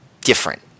different